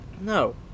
No